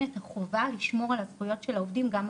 את החובה לשמור על הזכויות של העובדים,